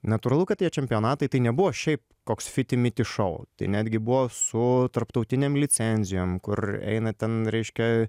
natūralu kad tie čempionatai tai nebuvo šiaip koks fiti miti šou tai netgi buvo su tarptautinėm licenzijom kur eina ten reiškia